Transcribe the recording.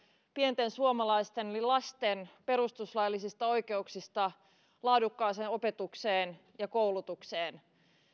pienten suomalaisten eli lasten perustuslaillisista oikeuksista laadukkaaseen opetukseen ja koulutukseen